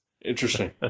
interesting